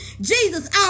Jesus